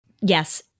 Yes